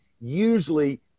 usually